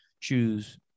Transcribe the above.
choose